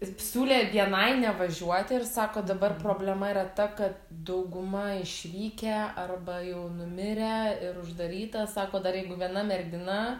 jis psiūlė vienai nevažiuoti ir sako dabar problema yra ta kad dauguma išvykę arba jau numirę ir uždaryta sako dar jeigu viena mergina